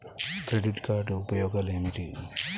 Credit card ఉపయోగాలు ఏమిటి?